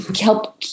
help